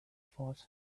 thought